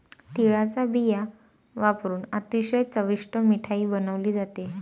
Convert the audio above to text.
तिळाचा बिया वापरुन अतिशय चविष्ट मिठाई बनवली जाते